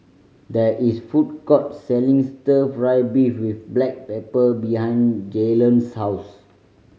there is food court selling Stir Fry beef with black pepper behind Jaylon's house